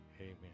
amen